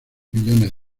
millones